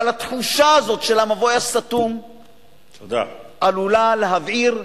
אבל התחושה הזאת של המבוי הסתום עלולה להבעיר,